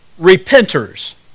repenters